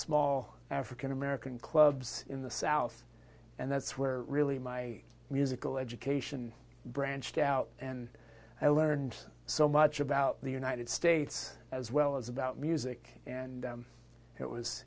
small african american clubs in the south and that's where really my musical education branched out and i learned so much about the united states as well as about music and it was